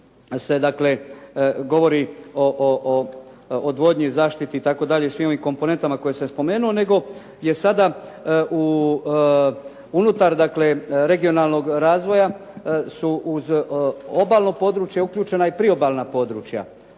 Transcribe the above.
se dakle, govori o odvodnji i zaštiti i tako dalje svim onim komponentama koje sam spomenuo nego je sada u unutar dakle, regionalnog razvoja, su uz obalno područje uključena i priobalna područja.